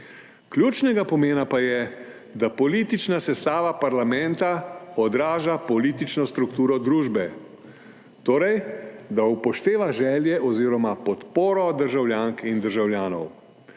Ključnega pomena pa je, da politična sestava parlamenta odraža politično strukturo družbe, torej da upošteva želje oziroma podporo državljank in državljanov.